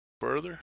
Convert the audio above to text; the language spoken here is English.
further